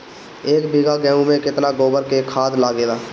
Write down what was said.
एक बीगहा गेहूं में केतना गोबर के खाद लागेला?